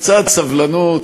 קצת סבלנות,